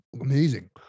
amazing